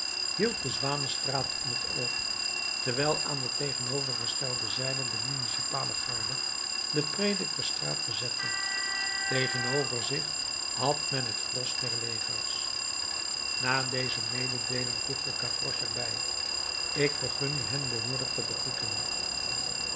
hield de zwanenstraat in het oog terwijl aan de tegenovergestelde zijde de municipale garde de predikersstraat bezette tegenover zich had men het gros des legers na deze mededeeling voegde gavroche er bij ik vergun u hen behoorlijk te begroeten